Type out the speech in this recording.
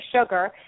sugar